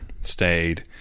stayed